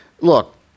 look